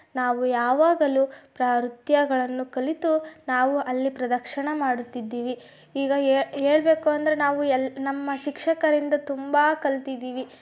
ನಾವು ಯಾವಾಗಲೂ ಪ್ರ ನೃತ್ಯಗಳನ್ನು ಕಲಿತು ನಾವು ಅಲ್ಲಿ ಪ್ರದರ್ಶನ ಮಾಡುತ್ತಿದ್ದೀವಿ ಈಗ ಹೇಳ್ಬೇಕು ಅಂದರೆ ನಾವು ನಮ್ಮ ಶಿಕ್ಷಕರಿಂದ ತುಂಬ ಕಲ್ತಿದ್ದೀವಿ